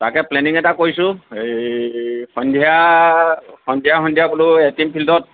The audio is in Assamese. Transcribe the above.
তাকে প্লেনিং এটা কৰিছোঁ এই সন্ধিয়া সন্ধিয়া সন্ধিয়া বোলো এই এ টিম ফিল্ডত